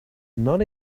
not